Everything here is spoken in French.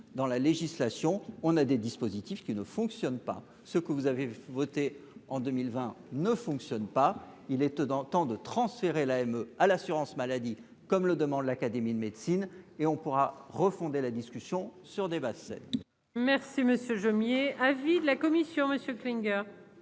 dans la législation, on a des dispositifs qui ne fonctionne pas, ce que vous avez voté en 2020 ne fonctionne pas, il était dans temps de transférer la M à l'assurance maladie, comme le demande l'Académie de médecine et on pourra refonder la discussion sur des bases saines. Merci Monsieur Jomier avis de la commission monsieur Klinger.